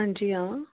हां जी हां